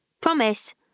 Promise